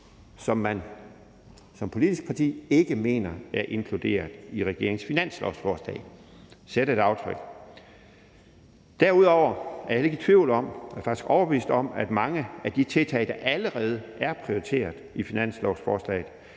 som man som politisk parti ikke mener er inkluderet i regeringens finanslovsforslag, og sætte et aftryk. Derudover er jeg ikke tvivl om – jeg er faktisk overbevist om det – at mange af de tiltag, der allerede er prioriteret i finanslovsforslaget,